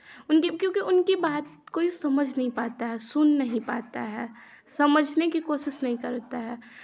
उनकी क्योंकि उनकी बात कोई समझ नहीं पाता है सुन नहीं पाता है समझने की कोशिश नहीं करता है